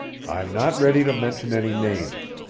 i'm not ready to mention any names.